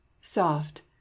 soft